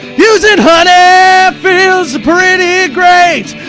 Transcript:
using honey feels pretty great,